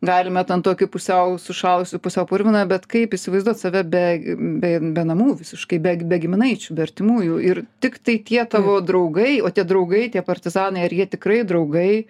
galime ten tokį pusiau sušalusį pusiau purviną bet kaip įsivaizduot save be be be namų visiškai be giminaičių artimųjų ir tiktai tie tavo draugai o tie draugai tie partizanai ar jie tikrai draugai